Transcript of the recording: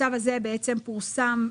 היועצת המשפטית,